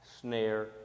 snare